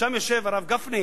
שם יושב הרב גפני,